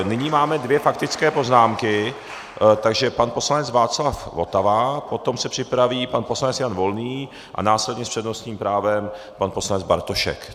Nyní máme dvě faktické poznámky, takže pan poslanec Václav Votava, potom se připraví pan poslanec Jan Volný a následně s přednostním právem pan poslanec Bartošek.